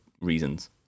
reasons